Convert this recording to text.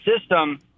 system